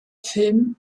film